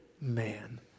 man